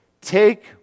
take